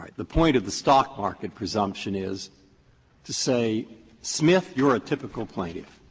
the point of the stock market presumption is to say smith, you're a typical plaintiff